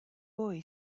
boy